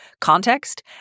context